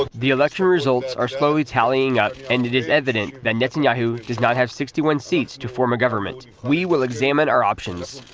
ah the election results are slowly tallying up and it is evidence that netanyahu does not have sixty one seats to form a government. we will examine our options.